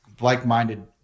like-minded